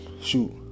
shoot